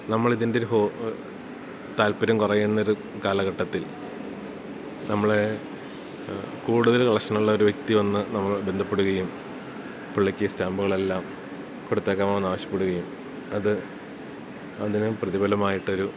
നമ്മളിതിൻറ്റൊര് താല്പര്യം കുറയുന്ന ഒരു കാലഘട്ടത്തിൽ നമ്മളെ കൂടുതൽ കളഷൻ ഉള്ളൊരു വ്യക്തി വന്ന് നമ്മൾ ബന്ധപ്പെടുകയും പുള്ളിക്ക് സ്റ്റാമ്പ്കളെല്ലാം കൊടുത്തേക്കാവോ എന്ന് ആവശ്യപ്പെടുകയും അത് അതിന് പ്രതിഫലമായിട്ടൊരു